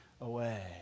away